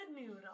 noodle